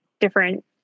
different